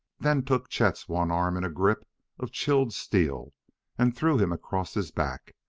then took chet's one arm in a grip of chilled steel and threw him across his back,